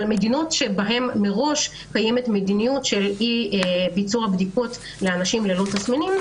מדינות שבהן מראש קיימת מדיניות של אי ביצוע בדיקות לאנשים ללא תסמינים,